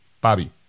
Bobby